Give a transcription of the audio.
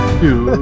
two